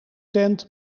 tent